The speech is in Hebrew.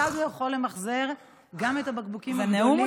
כיצד הוא יכול למחזר גם את הבקבוקים הגדולים ולקבל את כספו.